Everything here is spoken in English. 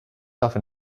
often